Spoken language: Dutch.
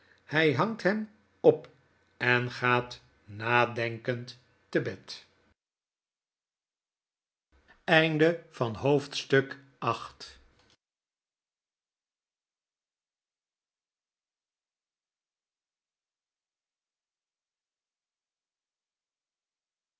hy hangt hem op en gaat nadenkend te bed